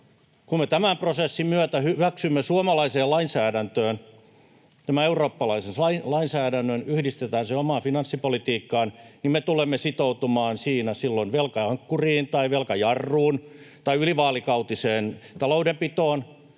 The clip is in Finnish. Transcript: Kun me tämän prosessin myötä hyväksymme suomalaiseen lainsäädäntöön tämän eurooppalaisen lainsäädännön, yhdistetään se omaan finanssipolitiikkaan, niin me tulemme sitoutumaan siinä silloin velka-ankkuriin tai velkajarruun tai ylivaalikautiseen taloudenpitoon.